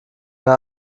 mehr